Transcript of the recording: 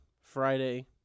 Friday